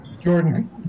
Jordan